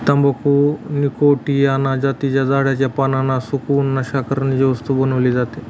तंबाखू निकॉटीयाना जातीच्या झाडाच्या पानांना सुकवून, नशा करण्याची वस्तू बनवली जाते